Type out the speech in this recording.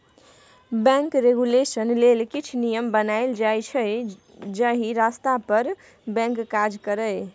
bank regulation लेल किछ नियम बनाएल जाइ छै जाहि रस्ता पर बैंक काज करय